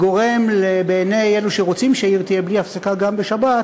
גורם בעיני אלו שרוצים שהעיר תהיה בלי הפסקה גם בשבת